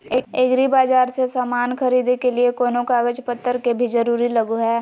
एग्रीबाजार से समान खरीदे के लिए कोनो कागज पतर के भी जरूरत लगो है?